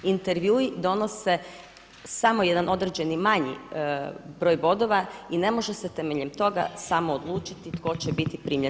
Intervjui donose samo jedan određeni manji broj bodova i ne može se temeljem toga samo odlučiti tko će biti primljen.